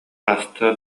хаста